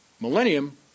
millennium